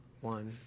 one